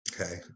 okay